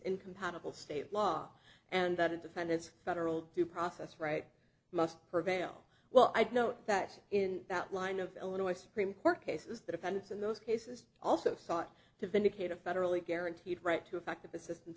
incompatible state law and that independence federal due process rights must prevail well i'd note that in that line of illinois supreme court cases the defendants in those cases also sought to vindicate a federally guaranteed right to effective assistance